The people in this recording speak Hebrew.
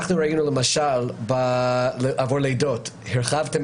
אנחנו ראינו למשל שעבור לידות הרחבתם